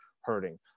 hurting